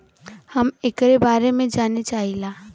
हम एकरे बारे मे जाने चाहीला?